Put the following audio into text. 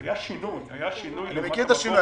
היה שינוי --- אני מכיר את השינוי,